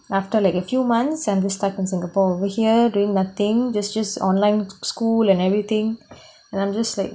after like a few months and just stuck in singapore over here doing nothing just just online school and everything and I'm just like